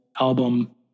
album